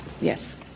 Yes